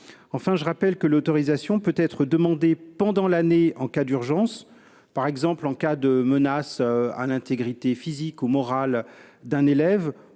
Enfin, je rappelle que l'autorisation peut être demandée pendant l'année en cas d'urgence, par exemple en cas de menace à l'intégrité physique ou morale d'un élève,